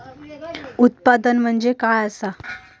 उत्पादन म्हणजे काय असा?